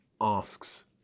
asks